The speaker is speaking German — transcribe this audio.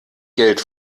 geld